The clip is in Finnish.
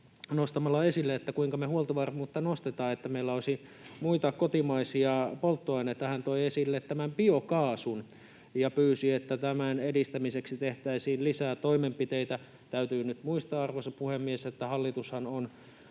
nostamalla esille, kuinka me huoltovarmuutta nostamme, jotta meillä olisi muita kotimaisia polttoaineita. Hän toi esille tämän biokaasun ja pyysi, että tämän edistämiseksi tehtäisiin lisää toimenpiteitä. Täytyy nyt muistaa, arvoisa puhemies, että hallitushan on